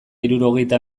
hirurogeita